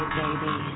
baby